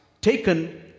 taken